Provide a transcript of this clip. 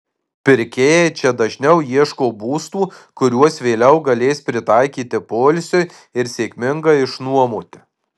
pirkėjai čia dažniau ieško būstų kuriuos vėliau galės pritaikyti poilsiui ir sėkmingai išnuomoti